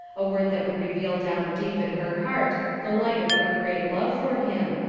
a word that would reveal down deep in her heart the light of her great love for him,